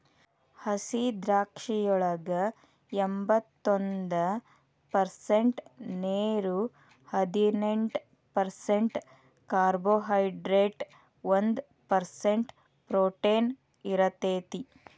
ಹಸಿದ್ರಾಕ್ಷಿಯೊಳಗ ಎಂಬತ್ತೊಂದ ಪರ್ಸೆಂಟ್ ನೇರು, ಹದಿನೆಂಟ್ ಪರ್ಸೆಂಟ್ ಕಾರ್ಬೋಹೈಡ್ರೇಟ್ ಒಂದ್ ಪರ್ಸೆಂಟ್ ಪ್ರೊಟೇನ್ ಇರತೇತಿ